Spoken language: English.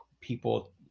people